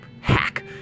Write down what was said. hack